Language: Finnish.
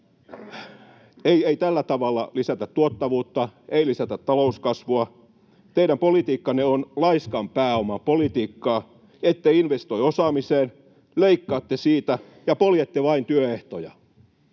Ei tällä tavalla lisätä tuottavuutta, ei lisätä talouskasvua. Teidän politiikkanne on laiskan pääoman politiikkaa. Ette investoi osaamiseen, leikkaatte siitä ja poljette vain työehtoja.